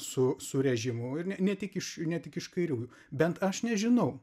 su su režimu ir ne ne tik iš ne tik iš kairiųjų bent aš nežinau